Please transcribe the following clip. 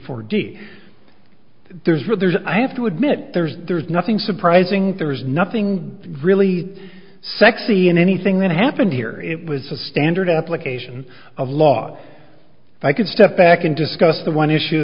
four d there's really there's i have to admit there's there's nothing surprising there's nothing really sexy in anything that happened here it was a standard application of law if i could step back and discuss the one issue